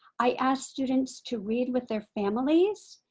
i asked students to read with their families.